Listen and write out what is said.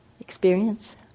experience